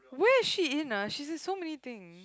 where is she in ah she's in so many thing